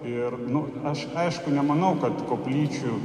ir nu aš aišku nemanau kad koplyčių